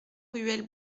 ruelle